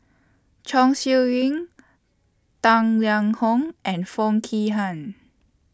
Chong Siew Ying Tang Liang Hong and Foo Kee Han